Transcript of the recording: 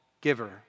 giver